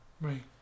Right